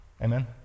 Amen